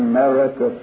America